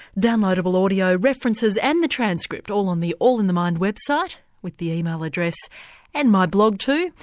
downloadable audio, references and the transcript all on the all in the mind website with the email address and my blog too,